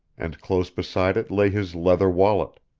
and close beside it lay his leather wallet.